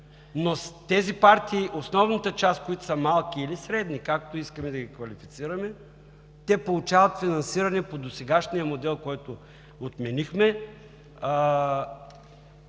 но тези партии, основната част от които са малки или средни, както искате да ги квалифицираме, те получават финансиране по досегашния модел, който отменихме.